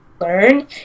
learn